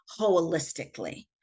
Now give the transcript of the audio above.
holistically